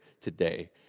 today